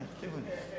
הכתיבו לי.